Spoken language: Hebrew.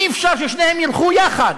אי-אפשר ששניהם ילכו יחד.